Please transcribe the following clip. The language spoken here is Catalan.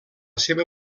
seva